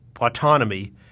autonomy